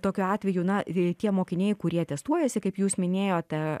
tokiu atveju na ir tie mokiniai kurie atestuojasi kaip jūs minėjote